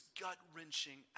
gut-wrenching